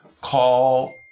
call